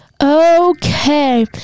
Okay